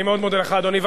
אני מאוד מודה לך, אדוני.